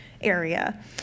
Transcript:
area